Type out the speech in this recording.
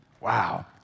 wow